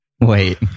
Wait